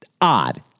Odd